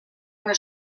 una